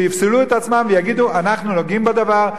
שיפסלו את עצמם ויגידו: אנחנו נוגעים בדבר.